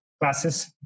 classes